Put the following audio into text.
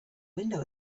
window